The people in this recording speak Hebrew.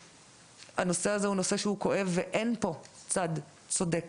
הנושא הזה הוא נושא כואב ואין פה צד צודק.